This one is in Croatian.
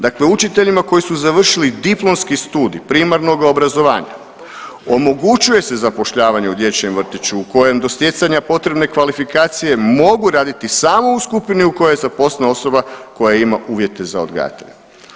Dakle, učiteljima koji su završili diplomski studij primarnog obrazovanja omogućuje se zapošljavanje u dječjem vrtiću u kojem do stjecanja potrebne kvalifikacije mogu raditi samo u skupini u kojoj je zaposlena osoba koja ima uvjete za odgajatelja.